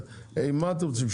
מה אתם רוצים?